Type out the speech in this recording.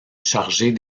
chargée